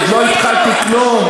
עוד לא התחלתי כלום.